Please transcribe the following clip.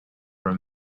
were